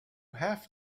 have